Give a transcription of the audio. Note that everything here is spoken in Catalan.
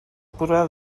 podrà